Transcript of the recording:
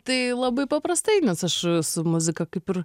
tai labai paprastai nes aš su muzika kaip ir